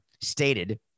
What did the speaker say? stated